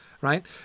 right